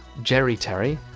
gerry terry,